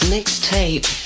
Mixtape